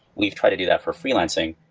we've tried to do that for freelancing.